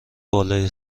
بالای